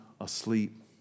asleep